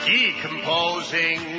Decomposing